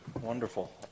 Wonderful